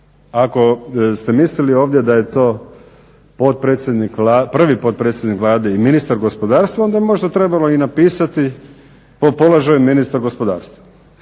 Ako ste mislili da je to prvi potpredsjednik Vlade i ministar gospodarstva onda je možda i trebalo napisati po položaju ministara gospodarstva.